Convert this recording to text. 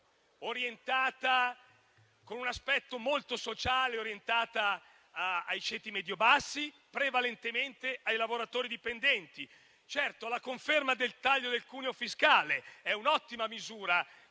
bilancio con un aspetto molto sociale, orientata ai ceti medio bassi, prevalentemente ai lavoratori dipendenti. Certo, la conferma del taglio del cuneo fiscale è un'ottima misura.